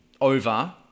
Over